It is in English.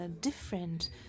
different